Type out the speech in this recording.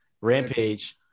Rampage